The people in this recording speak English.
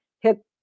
hit